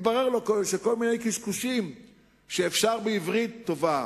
מתברר לו שכל מיני קשקושים שאפשר בעברית טובה